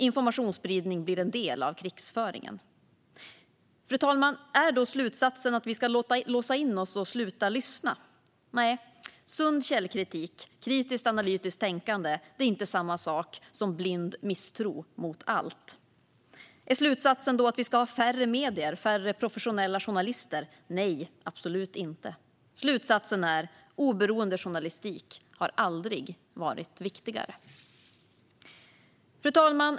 Informationsspridning blir en del av krigföringen. Fru talman! Är då slutsatsen att vi ska låsa in oss och sluta lyssna? Nej. Sund källkritik och kritiskt analytiskt tänkande är inte samma sak som blind misstro mot allt. Är slutsatsen att vi ska ha färre medier och färre professionella journalister? Nej, absolut inte. Slutsatsen är att oberoende journalistik aldrig har varit viktigare. Fru talman!